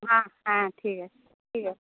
হ্যাঁ হ্যাঁ ঠিক আছে ঠিক আছে